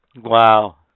Wow